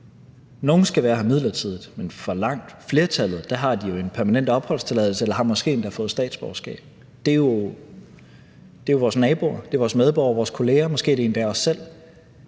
Nogle skal være her midlertidigt, men et stort flertal har jo en permanent opholdstilladelse eller har måske endda fået statsborgerskab. Det er jo vores naboer, det er vores medborgere, det er vores kolleger, og måske er det endda os selv.